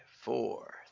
four